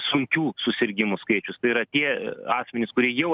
sunkių susirgimų skaičius yra tie asmenys kurie jau